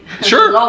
Sure